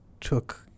took